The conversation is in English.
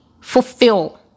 fulfill